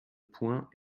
points